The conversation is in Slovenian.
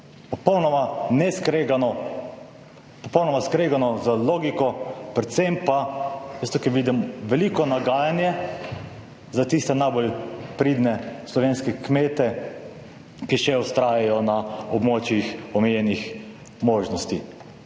Popolnoma skregano z logiko. Predvsem pa jaz tu vidim veliko nagajanje za tiste najbolj pridne slovenske kmete, ki še vztrajajo na območjih omejenih možnosti.